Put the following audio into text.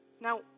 Now